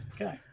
Okay